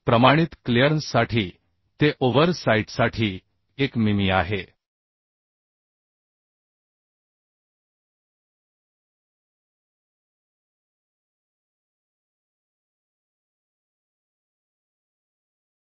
स्टीलच्या सदस्यांमधील आणि या बोल्टच्या छिद्राचा तपशील कलम 10